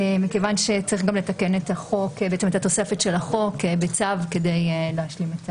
מכיוון שצריך לתקן בעצם את התוספת של החוק בצו כדי להשלים את